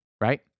right